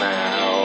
now